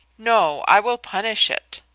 no, i will punish it,